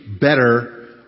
better